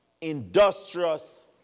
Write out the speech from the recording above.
industrious